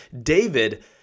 David